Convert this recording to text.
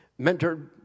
Mentored